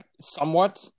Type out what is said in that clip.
somewhat